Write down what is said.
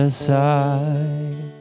side